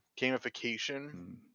gamification